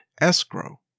escrow